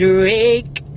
Drake